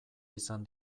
izan